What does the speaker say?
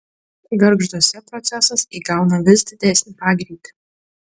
gargžduose procesas įgauna vis didesnį pagreitį